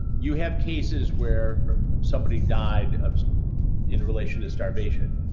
you have cases where somebody d-ed ah d-ed of in relation to starvation.